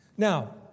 Now